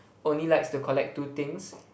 only likes to collect two things